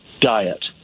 diet